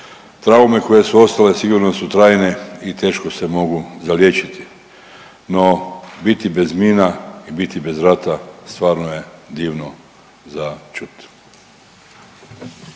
Traume koje su ostale sigurno su trajne i teško se mogu zaliječiti, no biti bez mina i biti bez rata stvarno je divno za čuti.